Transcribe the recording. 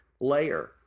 layer